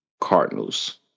Cardinals